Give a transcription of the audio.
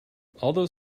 although